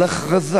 על הכרזה